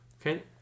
Okay